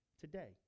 Today